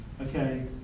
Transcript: Okay